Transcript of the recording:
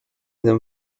them